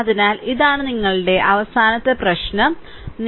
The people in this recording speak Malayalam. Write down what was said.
അതിനാൽ ഇതാണ് നിങ്ങളുടെ അവസാന പ്രശ്നം 10